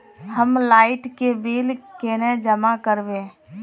हम लाइट के बिल केना जमा करबे?